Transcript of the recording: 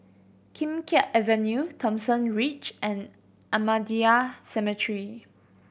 Kim Keat Avenue Thomson Ridge and Ahmadiyya Cemetery